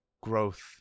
growth